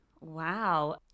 wow